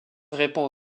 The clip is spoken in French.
répand